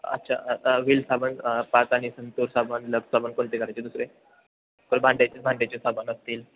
अच्छा व्हील साबण पाच आणि संतूर साबण लक्स साबण कोणते करायचे दुसरे परत भांड्याचे भांड्याचे साबण असतील